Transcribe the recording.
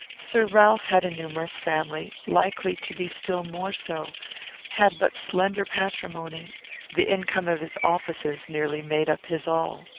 sir ralph had a numerous family, likely to be still more so had but slender patrimony the income of his offices nearly made up his all.